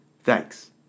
thanks